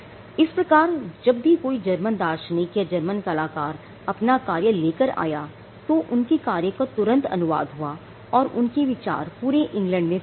इस प्रकार जब भी कोई जर्मन दार्शनिक या जर्मन कलाकार अपना कार्य लेकर आया तो उनके कार्य का तुरंत अनुवाद हुआ और उनके विचार पूरे इंग्लैंड में फैल गए